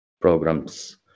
programs